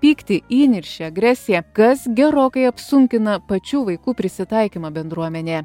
pyktį įniršį agresiją kas gerokai apsunkina pačių vaikų prisitaikymą bendruomenėje